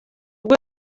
bwo